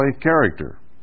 character